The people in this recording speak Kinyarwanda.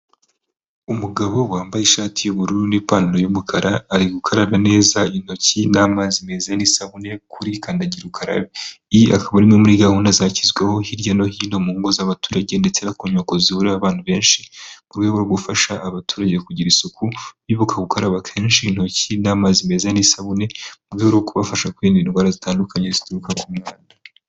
Umugabo wambaye ishati y'ubururu n'ipantaro y'umukara, ari gukaraba neza intoki n'amazi meza n'isabune kuri kandagira ukarabe. Iyi akaba ari imwe muri gahunda zashyizweho hirya no hino mu ngo z'abaturage ndetse no kunyubako zihuriraho abantu benshi, ku rwego rwo gufasha abaturage kugira isuku bibuka gukaraba kenenshi intoki n'amazi meza n'isabune mu rwego rwo kubafasha kwirinda indwara zitandukanye zituruka ku mwanda.